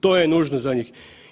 To je nužno za njih.